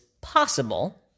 possible